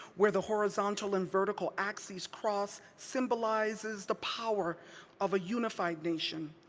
where the horizontal and vertical axes cross symbolizes the power of a unified nation.